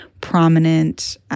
prominent